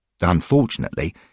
Unfortunately